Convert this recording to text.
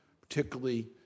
particularly